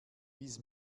bis